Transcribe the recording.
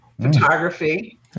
photography